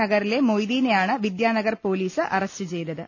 നഗ റിലെ മൊയ്തീനെയാണ് വിദ്യാനഗർ പോലീസ് അറസ്റ്റ് ചെയ്തത്